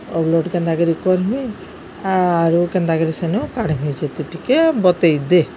upload କେନ୍ତାକରି କର୍ମି ଆରୁ କେନ୍ତାକରି ସେନୁ କାଢ଼୍ମି ଯେ ତୁଇ ଟିକେ ବତେଇ ଦେ